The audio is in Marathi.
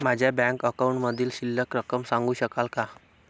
माझ्या बँक अकाउंटमधील शिल्लक रक्कम सांगू शकाल का?